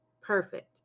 perfect